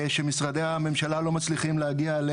שמשרדי הממשלה לא מצליחים להגיע בה